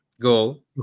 goal